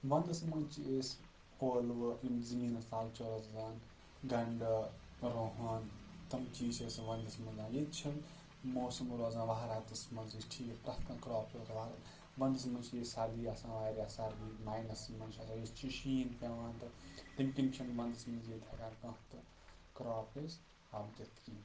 وَندَس منٛز چھِ أسۍ ٲلوٕ یِم زٔمیٖنَس تَلہٕ چھِ روزان گَنٛڈٕ روہَن تِم چیٖز چھِ أسۍ وَندَس منٛز ییٚتہِ چھِ موسَم روزان وَہراتَس منٛز أسۍ ٹھیٖک پرٛٮ۪تھ کانٛہہ کرٛاپ چھِ روزان وَندَس منٛز چھِ أسۍ سردی آسان واریاہ سردی ماینَس منٛز چھِ آسان ییٚتہِ چھِ شیٖن پٮ۪وان تہٕ تٔمۍ کِنۍ چھِنہٕ وَنٛدَس منٛز ییٚتہِ ہٮ۪کان کانٛہہ تہٕ کرٛاپ أسۍ وۄپدِتھ کینٛہہ